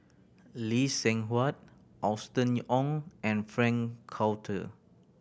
Lee Seng Huat Austen Ong and Frank Cloutier